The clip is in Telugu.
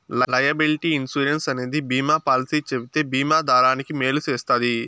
లైయబిలిటీ ఇన్సురెన్స్ అనేది బీమా పాలసీ చెబితే బీమా దారానికి మేలు చేస్తది